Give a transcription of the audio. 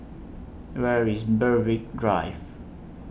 Where IS Berwick Drive